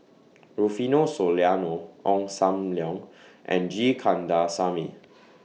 Rufino Soliano Ong SAM Leong and G Kandasamy